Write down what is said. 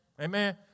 Amen